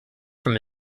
from